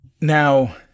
Now